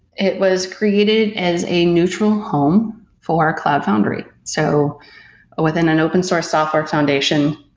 it was created as a neutral home for cloud foundry. so within an open-source software foundation,